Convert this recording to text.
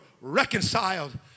reconciled